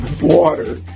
Water